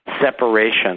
Separation